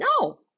No